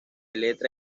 letra